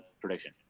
prediction